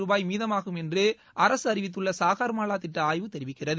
ரூபாய் மீதமாகும் என்று அரசு அறிவித்துள்ள சாகர்மாலா திட்ட ஆய்வு தெரிவிக்கிறது